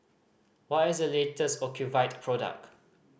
what is the latest Ocuvite product